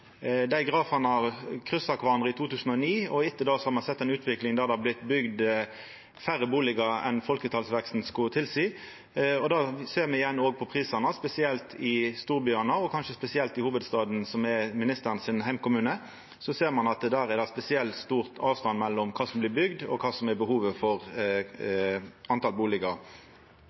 Dei grafane har kryssa kvarandre i 2009, og etter det har me sett ei utvikling der det har vorte bygd færre bustader enn folketalsveksten skulle tilseia. Det ser me igjen òg på prisane, spesielt i storbyane. Kanskje spesielt i hovudstaden, som er heimkommunen til ministeren, ser ein at der er det stor avstand mellom kva som blir bygd, og kva som er behovet for